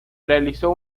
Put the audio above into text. realizó